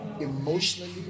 emotionally